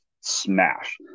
smash